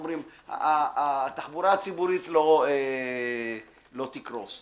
התחבורה הציבורית לא תקרוס.